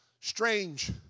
strange